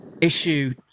issue